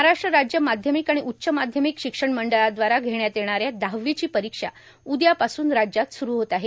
महाराष्ट्र राज्य माध्यमिक आणि उच्च माध्यमिक शिक्षण मंडळाद्वारा घेण्यात येणाऱ्या दहावीची परीक्षा उद्यापासून राज्यात सुरू होत आहे